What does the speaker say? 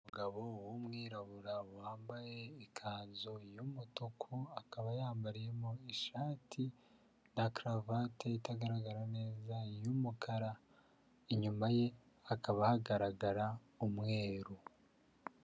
Umugabo w'umwirabura wambaye ikanzu y'umutuku akaba yambariyemo ishati na karuvate itagaragara neza y'umukara, inyuma ye hakaba hagaragara umweru.